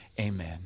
amen